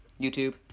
YouTube